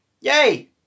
Yay